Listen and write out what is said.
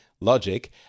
Logic